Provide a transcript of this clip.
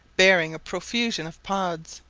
bearing a profusion of pods,